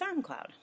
SoundCloud